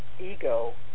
ego